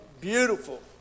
beautiful